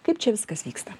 kaip čia viskas vyksta